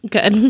Good